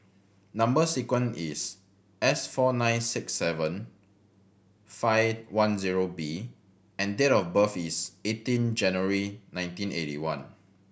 number sequence is S four nine six seven five one zero B and date of birth is eighteen January nineteen eighty one